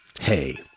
hey